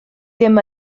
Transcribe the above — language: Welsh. ddim